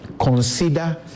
consider